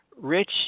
Rich